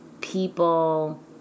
people